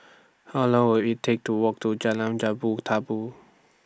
How Long Will IT Take to Walk to Jalan Jambu Tabu